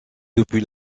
depuis